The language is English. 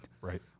Right